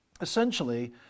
Essentially